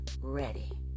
ready